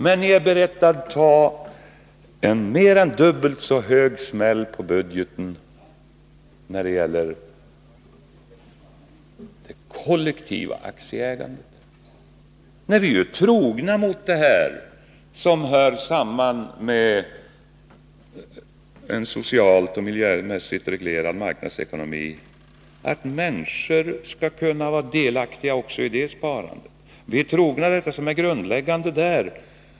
Men ni är beredda att ta en mer än dubbelt så kraftig smäll på budgeten när det gäller det kollektiva aktieägandet. Vi är trogna mot det som hör samman med en socialt och miljömässigt reglerad marknadsekonomi när vi anser att människor skall kunna vara delaktiga också i det sparandet. Vi är trogna det som där är grundläggande.